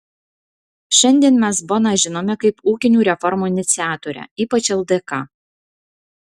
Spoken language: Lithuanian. šiandien mes boną žinome kaip ūkinių reformų iniciatorę ypač ldk